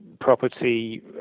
property